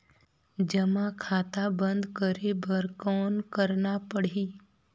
जमा खाता बंद करे बर कौन करना पड़ही?